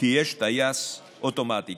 כי יש טייס אוטומטי.